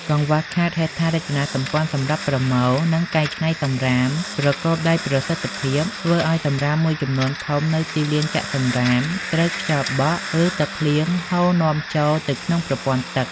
កង្វះខាតហេដ្ឋារចនាសម្ព័ន្ធសម្រាប់ប្រមូល និងកែច្នៃសំរាមប្រកបដោយប្រសិទ្ធភាព ធ្វើឲ្យសំរាមមួយចំនួនធំនៅទីលានចាក់សំរាមត្រូវខ្យល់បក់ ឬទឹកភ្លៀងហូរនាំចូលទៅក្នុងប្រព័ន្ធទឹក។